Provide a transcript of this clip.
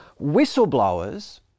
whistleblowers